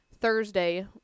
Thursday